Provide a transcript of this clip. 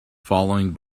following